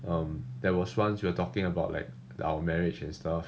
um there was once we are talking about like the our marriage and stuff